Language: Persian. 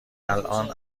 الان